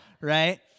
right